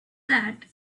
that